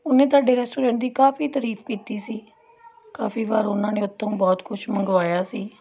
ਉਹਨੇ ਤੁਹਾਡੇ ਰੈਸਟੋਰੈਂਟ ਦੀ ਕਾਫੀ ਤਾਰੀਫ ਕੀਤੀ ਸੀ ਕਾਫੀ ਵਾਰ ਉਹਨਾਂ ਨੇ ਉੱਥੋਂ ਬਹੁਤ ਕੁਛ ਮੰਗਵਾਇਆ ਸੀ